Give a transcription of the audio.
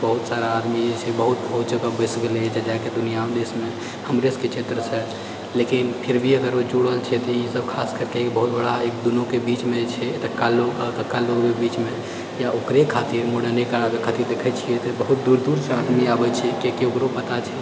बहुत सारा आदमी छै बहुत बहुत जगह बसि गेलै जाए कऽ दुनियाँ देशमे हमरे सबके क्षेत्र सँ लेकिन फिर भी अगर ओ जुड़ल छै तऽ ई सब खास करिके ई बहुत बड़ा एहि दुनूके बीचमे जे छै एतुका लोग आ एतुका लोगक बीचमे या ओकरे खातिर मुड़ने कराबै खातिर देखै छियै बहुत दूर दूरसँ आदमी आबै छै किएकि ओकरो पता छै